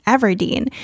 Everdeen